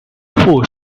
重复